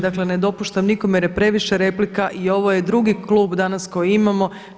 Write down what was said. Dakle, ne dopuštam nikome jer je previše replika i ovo je drugi klub danas koji imamo.